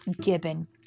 Gibbon